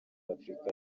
afurika